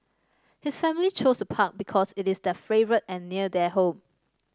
his family chose the park because it is their favourite and near their home